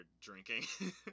drinking